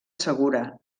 segura